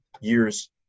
Years